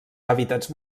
hàbitats